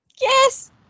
yes